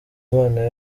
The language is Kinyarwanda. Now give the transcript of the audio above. imana